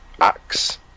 axe